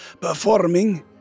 performing